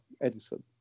Edison